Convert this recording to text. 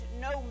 no